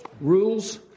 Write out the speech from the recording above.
Rules